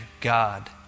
God